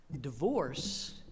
divorce